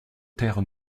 terre